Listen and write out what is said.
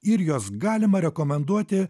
ir juos galima rekomenduoti